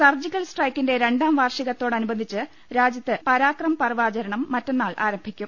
surgical സ്ട്രൈക്കിന്റെ രണ്ടാം വാർഷിക ത്തോടനുബന്ധിച്ച് രാജ്യത്ത് പരാക്രം പർവ് ആചരണം മറ്റന്നാൾ ആരംഭിക്കും